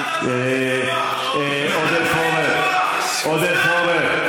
שכתב את החוקה של רפובליקת ויימאר.